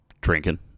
Drinking